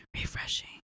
Refreshing